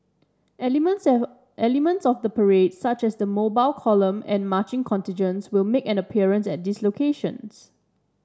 elements elements of the parade such as the Mobile Column and marching contingents will make an appearance at these locations